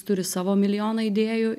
turi savo milijoną idėjų